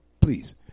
Please